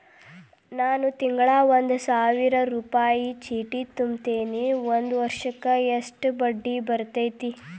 ನಾನು ತಿಂಗಳಾ ಒಂದು ಸಾವಿರ ರೂಪಾಯಿ ಚೇಟಿ ತುಂಬತೇನಿ ಒಂದ್ ವರ್ಷಕ್ ಎಷ್ಟ ಬಡ್ಡಿ ಬರತೈತಿ?